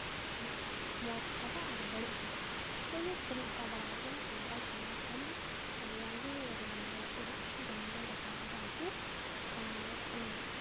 ᱢᱚᱡᱽ ᱚᱠᱟᱴᱟᱜ ᱟᱨ ᱵᱟᱹᱲᱤᱡᱽ ᱚᱠᱟᱴᱟᱜ ᱛᱚ ᱤᱧᱦᱚᱸ ᱪᱤᱛᱟᱹᱨᱤᱧ ᱟᱸᱠᱟᱣ ᱵᱟᱲᱟ ᱟᱠᱟᱫ ᱜᱮᱭᱟ ᱥᱟᱱᱛᱟᱞ ᱥᱚᱢᱟᱡᱽ ᱨᱮ ᱢᱟᱱᱮ ᱟᱹᱰᱤᱜᱟᱱ ᱜᱮ ᱨᱤᱞᱟᱹᱢᱟᱞᱟᱭ ᱩᱫᱩᱜ ᱟᱠᱟᱫᱟ ᱨᱤᱞᱟᱹᱢᱟᱞᱟᱭ ᱫᱮᱠᱷᱟᱣ ᱠᱟᱫᱟᱭ ᱟᱨᱠᱤ ᱟᱨ ᱚᱱᱟᱜᱮ